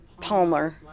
Palmer